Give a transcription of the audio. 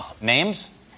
Names